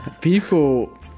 people